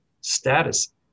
status